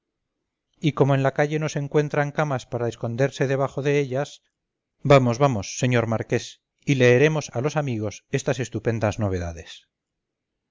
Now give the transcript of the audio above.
y como en la calle no se encuentran camas para esconderse debajo de ellas vamos vamos señor marqués y leeremos a los amigos estas estupendas novedades